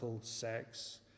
sex